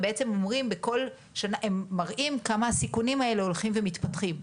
הם בעצם מראים כמה הסיכונים האלה הולכים ומתפתחים.